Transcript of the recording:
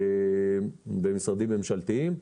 במשרדים ממשלתיים.